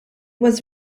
was